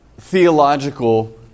theological